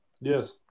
Yes